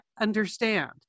understand